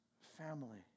family